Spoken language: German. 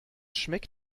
schmeckt